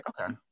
okay